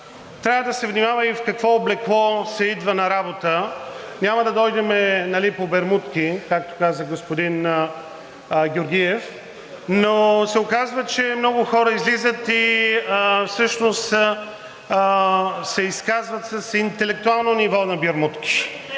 трябва да се внимава и в какво облекло се идва на работа. Няма да дойдем по бермудки, както каза господин Георгиев, но се оказва, че много хора излизат и всъщност се изказват с интелектуално ниво на бермудки.